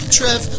Trev